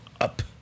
up